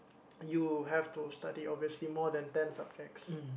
you have to study obviously more than ten subjects